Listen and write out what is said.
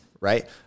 right